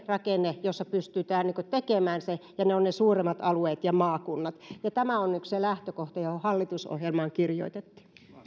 rakenne jossa pystytään tekemään se ja ne ovat ne suuremmat alueet ja maakunnat ja tämä on nyt se lähtökohta joka hallitusohjelmaan kirjoitettiin